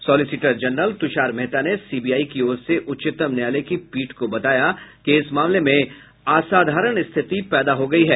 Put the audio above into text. solicitor general Tushar Mehta ने CBI की ओर से उच्चतम न्यायालय की पीठ को बताया कि इस मामले में असाधारण स्थिति पैदा हो गई है